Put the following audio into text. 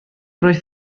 roedd